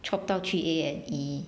chop 到去 A&E